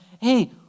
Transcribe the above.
Hey